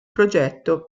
progetto